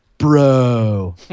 Bro